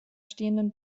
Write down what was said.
stehenden